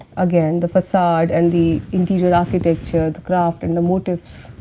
again the facade and the interior-architecture, the craft and the motifs.